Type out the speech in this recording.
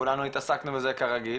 כולנו התעסקנו בזה כרגיל,